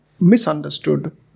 misunderstood